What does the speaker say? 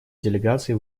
делегации